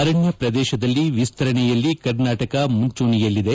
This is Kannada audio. ಅರಣ್ಯ ಪ್ರದೇಶ ವಿಸ್ತರಣೆಯಲ್ಲಿ ಕರ್ನಾಟಕ ಮುಂಚೂಣೆಯಲ್ಲಿದೆ